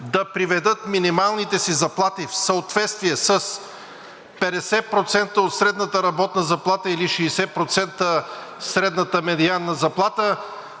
да приведат минималните си заплати в съответствие с 50% от средната работна заплата или 60% средната медианна заплата.